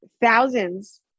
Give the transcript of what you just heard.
thousands